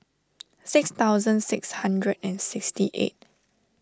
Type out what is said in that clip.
six thousand six hundred and sixty eight